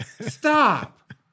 Stop